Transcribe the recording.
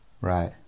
Right